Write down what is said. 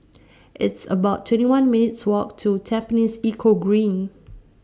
It's about twenty one minutes' Walk to Tampines Eco Green